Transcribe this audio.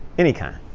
any kind.